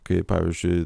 kai pavyzdžiui